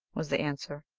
was the answer.